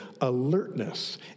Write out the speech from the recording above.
alertness